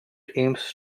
aims